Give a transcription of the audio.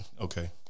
Okay